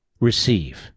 receive